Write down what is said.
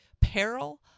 peril